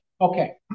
Okay